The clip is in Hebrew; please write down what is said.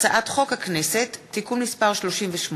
הצעת חוק הכנסת (תיקון מס' 38)